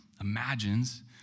imagines